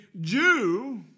Jew